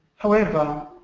however,